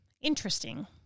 interesting